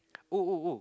oh oh oh